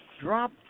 drop